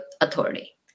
authority